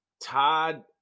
Todd